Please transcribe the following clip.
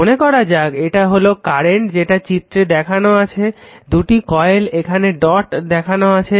মনে করা যাক এটা হলো কারেন্ট যেটা চিত্রে দেখানো আছে দুটি কয়েলে এখানে ডট দেখানো আছে